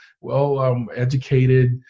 well-educated